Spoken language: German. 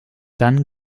dann